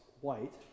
white